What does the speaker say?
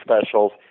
specials